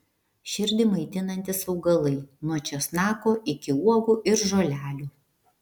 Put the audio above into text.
širdį maitinantys augalai nuo česnako iki uogų ir žolelių